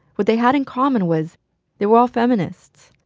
what they had in common was they were all feminists,